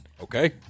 Okay